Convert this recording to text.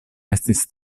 estis